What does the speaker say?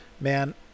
Man